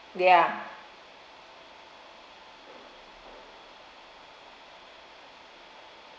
ya